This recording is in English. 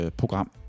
program